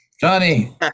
Johnny